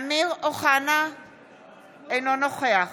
אינו נוכח